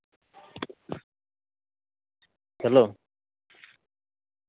hello